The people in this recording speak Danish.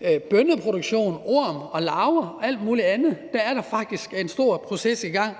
af bønneproduktion, orm, larver og alt muligt andet er der faktisk en stor proces i gang,